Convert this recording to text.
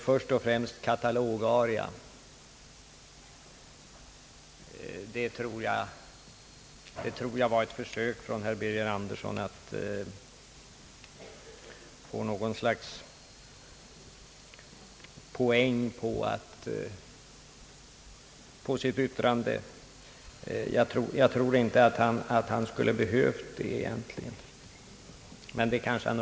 Först och främst gäller det »katalogarian», som jag tror var ett försök av herr Birger Andersson att få något slags poäng på sitt yttrande. Jag tycker det var rätt onödigt, men det kanske han själv upptäcker sedan. Ang.